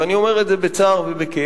ואני אומר את זה בצער ובכאב,